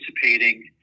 participating